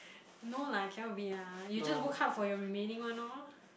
no lah cannot be ah you just work hard for your remaining one lor